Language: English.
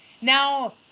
Now